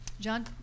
John